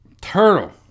Turtle